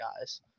guys